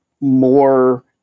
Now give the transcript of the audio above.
more